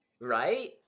Right